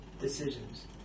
decisions